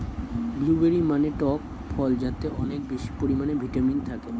blueberry মানে টক ফল যাতে অনেক বেশি পরিমাণে ভিটামিন থাকে